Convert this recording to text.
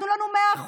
תנו לנו 100%,